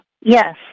Yes